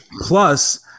Plus